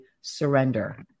surrender